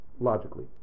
logically